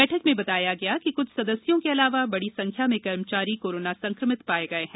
बैठक में बताया गया कि कुछ सदस्यों के अलावा बड़ी संख्या में कर्मचारी कोरोना संक्रमित पाये गये हैं